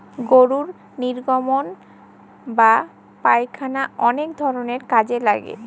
গরুর নির্গমন বা পায়খানা অনেক ধরনের কাজে লাগে